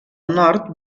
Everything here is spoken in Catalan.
nord